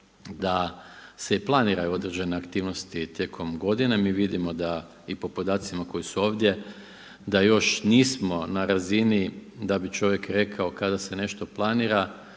da se i planiraju određene aktivnosti tijekom godine, mi vidimo da i po podacima koji su ovdje, da još nismo na razini da bi čovjek rekao kada se nešto planira